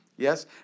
Yes